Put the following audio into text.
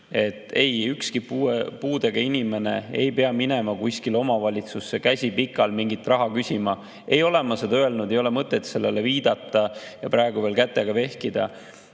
Ei, ükski puudega inimene ei pea minema kuskile omavalitsusse, käsi pikal, mingit raha küsima. Ei ole ma seda öelnud, ei ole mõtet sellele viidata ja praegu veel kätega vehkida.